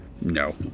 No